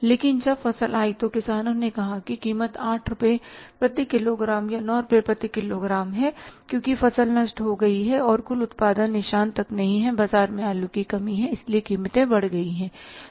लेकिन जब फसल आई तो किसानों ने कहा कि कीमत 8 रुपये प्रति किलोग्राम या 9 रुपये प्रति किलोग्राम है क्योंकि फसल नष्ट हो गई है कुल उत्पादन निशान तक नहीं था बाजार में आलू की कमी है इसलिए कीमतें बढ़ गई है